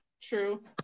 True